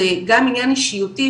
זה גם עניין אישיותי,